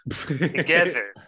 Together